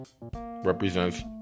represents